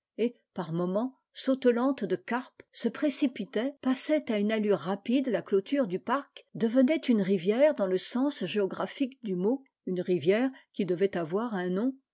par moment sautelànte de carpes se précipitait passait à une allure rapide la clôture du parc devenait une rivière dans le sens géographique dumot une rivière qui devait avoir un nom